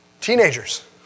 Teenagers